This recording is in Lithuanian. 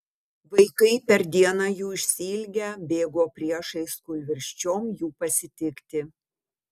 vaikai per dieną jų išsiilgę bėgo priešais kūlvirsčiom jų pasitikti